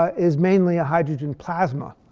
ah is mainly a hydrogen plasma.